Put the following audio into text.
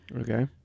Okay